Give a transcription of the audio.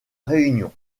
réunion